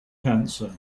cancer